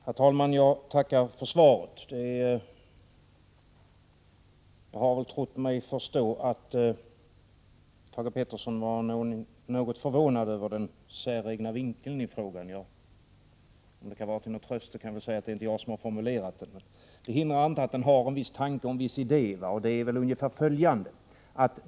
Herr talman! Jag tackar för svaret. Jag har trott mig förstå att Thage Peterson blev något förvånad över den säregna vinklingen i frågan. Om det kan vara till någon tröst kan jag säga att det inte är jag som har formulerat frågan. Men det hindrar inte att det finns en viss tanke och en viss idé i den.